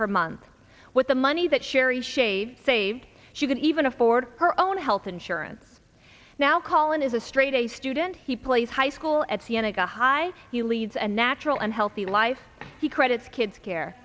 per month with the money that sherry shave saved she can even afford her own health insurance now call in is a straight a student he plays high school at c n a got high he leads a natural and healthy life he credits kids care